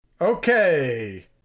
okay